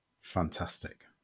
fantastic